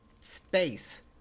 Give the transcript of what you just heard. space